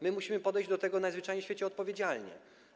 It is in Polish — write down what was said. My musimy podejść do tego najzwyczajniej w świecie odpowiedzialnie.